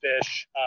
fish